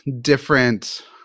different